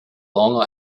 long